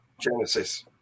Genesis